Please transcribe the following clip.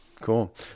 Cool